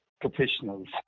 professionals